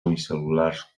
unicel·lulars